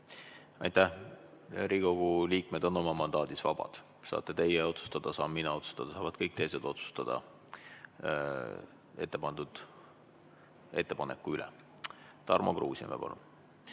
Aitäh! Riigikogu liikmed on oma mandaadis vabad. Saate teie otsustada, saan mina otsustada, saavad kõik teised otsustada ette pandud ettepaneku üle. Tarmo Kruusimäe, palun!